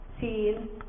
seen